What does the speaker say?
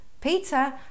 Peter